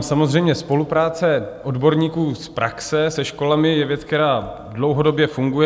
Samozřejmě spolupráce odborníků z praxe se školami je věc, která dlouhodobě funguje.